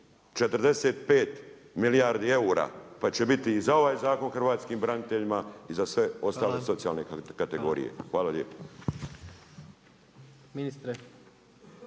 45 milijardi eura pa će biti i za ovaj Zakon o hrvatskim braniteljima i za sve ostale socijalne kategorije. Hvala lijepo.